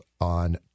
on